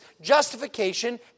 justification